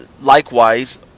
Likewise